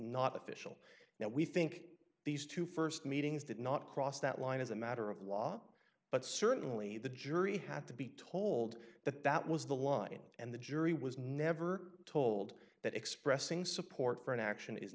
not official now we think these two st meetings did not cross that line as a matter of law but certainly the jury had to be told that that was the line and the jury was never told that expressing support for an action is